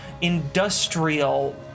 industrial